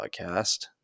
podcast